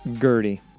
Gertie